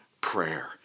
prayer